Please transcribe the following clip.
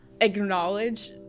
acknowledge